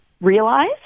realize